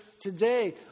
today